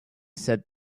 said